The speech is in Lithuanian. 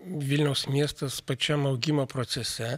vilniaus miestas pačiam augimo procese